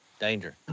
danger.